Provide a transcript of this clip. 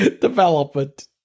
development